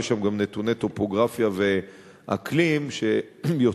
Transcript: ויש שם גם נתוני טופוגרפיה ואקלים שיוצרים